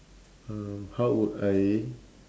um how would I